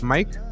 Mike